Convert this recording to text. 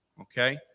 Okay